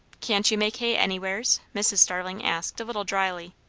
can't you make hay anywheres? mrs. starling asked a little dryly.